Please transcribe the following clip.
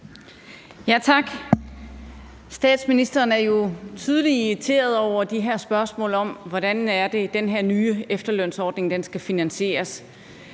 (V): Tak. Statsministeren er jo tydeligt irriteret over de her spørgsmål om, hvordan den nye efterlønsordning skal finansieres.